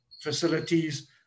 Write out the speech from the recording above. facilities